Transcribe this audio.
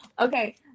Okay